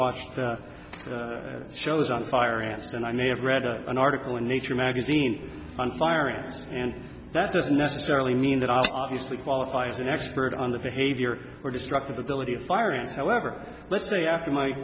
watched shows on fire ants and i may have read an article in nature magazine on fire ants and that doesn't necessarily mean that obviously qualified as an expert on the behavior or destructive ability of fire ants however let's say after my